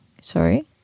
sorry